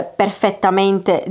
perfettamente